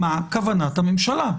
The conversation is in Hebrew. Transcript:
מה כוונת הממשלה?